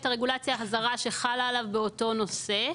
הרגולציה הזרה שחלה עליו באותו נושא,